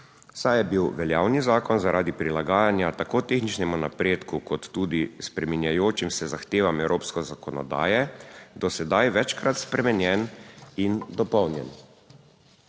saj je bil veljavni zakon zaradi prilagajanja tako tehničnemu napredku kot tudi spreminjajočim se zahtevam evropske zakonodaje, do sedaj večkrat spremenjen in dopolnjen.